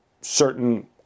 certain